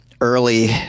early